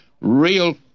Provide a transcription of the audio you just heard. Real